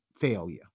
failure